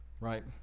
Right